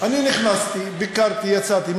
אני נכנסתי, ביקרתי, יצאתי.